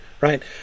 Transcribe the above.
right